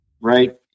right